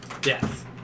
Death